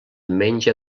menja